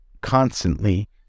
constantly